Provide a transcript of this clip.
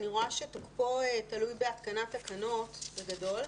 אני רואה שתוקפו תלוי בהתקנת תקנות בגדול.